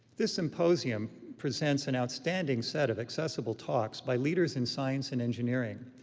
this symposium presents an outstanding set of accessible talks by leaders in science and engineering.